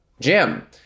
Jim